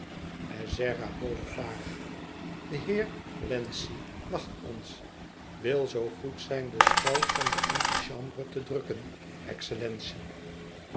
boog vaag de heer wlenzci wacht ons wil zoo goed zijn de schel van de antichambre te drukken excellentie